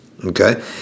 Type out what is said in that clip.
Okay